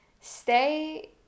stay